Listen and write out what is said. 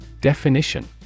Definition